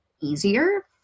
easier